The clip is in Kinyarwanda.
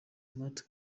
matt